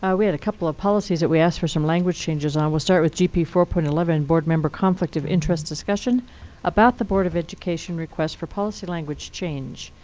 ah we had a couple of policies that we asked for some language changes on. we'll start with gp four point and one one, and board member conflict of interest discussion about the board of education requests for policy language change.